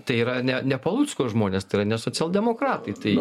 tai yra ne ne palucko žmonės yra ne socialdemokratai tai